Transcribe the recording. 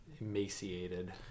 emaciated